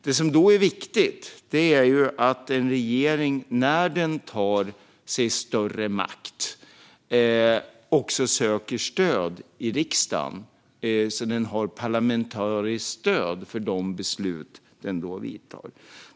Det som är viktigt är att en regering när den tar sig större makt också söker stöd i riksdagen, så att det finns parlamentariskt stöd för de åtgärder den då vidtar.